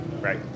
Right